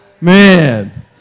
Man